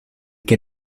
que